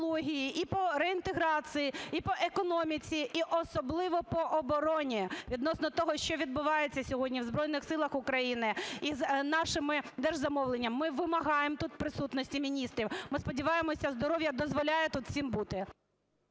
і по реінтеграції, і по економіці, і особливо по обороні, відносно того, що відбувається сьогодні в Збройних Силах України із нашим держзамовленням. Ми вимагаємо тут присутності міністрів. Ми сподіваємося, здоров'я дозволяє тут всім бути.